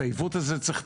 את העיוות הזה צריך לתקן,